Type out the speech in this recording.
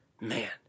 man